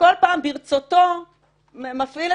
הם ידעו שהיא